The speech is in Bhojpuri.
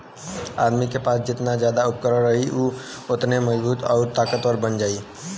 आदमी के पास जेतना जादा उपकरण रही उ ओतने मजबूत आउर ताकतवर बन जाई